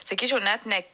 sakyčiau net ne